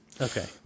Okay